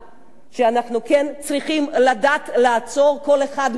שאנחנו כן צריכים לדעת לעצור כל אחד מאתנו.